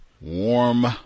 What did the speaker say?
warm